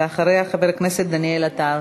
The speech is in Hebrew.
ואחריה, חבר הכנסת דניאל עטר.